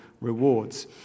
Rewards